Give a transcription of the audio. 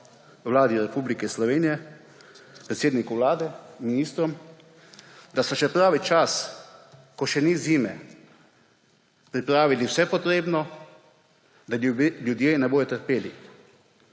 Vladi Republike Slovenije, predsedniku Vlade, ministrom, da so še pravi čas, ko še ni zime, pripravili vse potrebno, da ljudje ne bodo trpeli.